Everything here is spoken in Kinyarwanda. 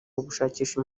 ugushakisha